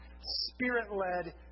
spirit-led